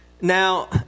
Now